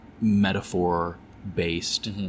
metaphor-based